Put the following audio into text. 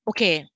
Okay